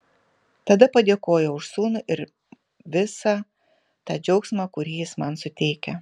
tada padėkojau už sūnų ir visą tą džiaugsmą kurį jis man suteikia